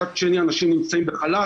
מצד שני, אנשים נמצאים בח"לת.